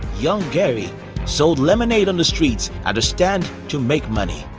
young gary sold lemonade on the streets at a stand to make money.